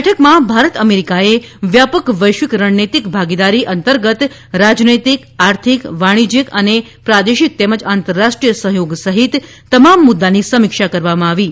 બેઠકમાં ભારત અમેરીકાએ વ્યાપક વૈશ્વિક રણનૈતિક ભાગીદારી અંતર્ગત રાજનૈતિક આર્થિક વાણીજયીક અને પ્રાદેશિક તેમજ આંતરરાષ્ટ્રીય સહયોગ સહિત તમામ મુદ્દાની સમીક્ષા કરવામાં આવી હતી